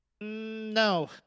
No